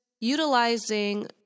utilizing